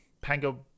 Pango